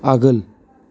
आगोल